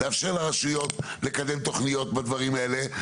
לאפשר לרשויות לקדם תוכניות בדברים האלה.